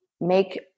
make